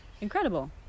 incredible